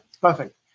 perfect